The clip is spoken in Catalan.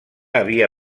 havia